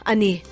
Ani